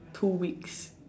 two weeks